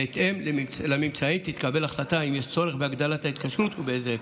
בהתאם לממצאים תתקבל החלטה אם יש צורך בהגדלת ההתקשרות ובאיזה היקף.